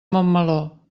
montmeló